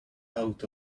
out